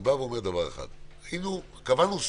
קבענו סף.